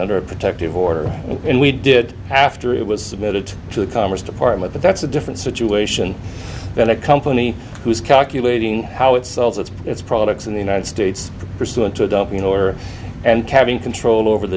under a protective order and we did after it was submitted to the commerce department but that's a different situation than a company who's calculating how it sells its its products in the united states pursuant to a dumping order and calving control over the